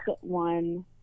one